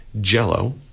Jell-O